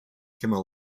kimmel